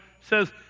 says